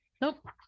Nope